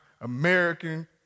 American